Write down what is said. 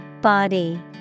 Body